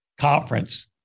conference